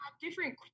different